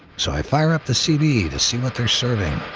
so i fire up the cb to see what they're serving.